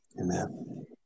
Amen